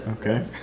Okay